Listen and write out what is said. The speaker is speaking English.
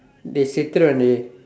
dey சத்துருவேன்:saththuruveen dey